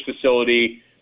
facility